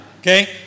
Okay